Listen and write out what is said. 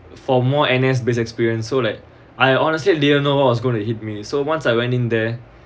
for more N_S base experience so like I honestly I didn't know what was gonna hit me so once I went in there